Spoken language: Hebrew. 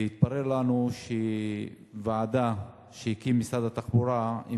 התברר לנו שוועדה שהקים משרד התחבורה עם